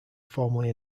formerly